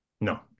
No